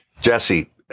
Jesse